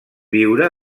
viure